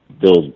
build